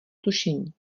tušení